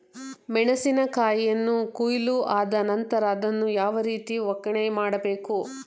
ಮೆಣಸಿನ ಕಾಯಿಯನ್ನು ಕೊಯ್ಲು ಆದ ನಂತರ ಅದನ್ನು ಯಾವ ರೀತಿ ಒಕ್ಕಣೆ ಮಾಡಬೇಕು?